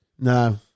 No